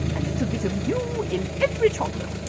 a little bit of you in every chocolate!